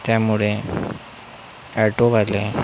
त्यामुळे ॲटोवाले